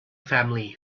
family